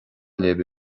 libh